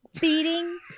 beating